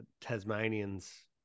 Tasmanians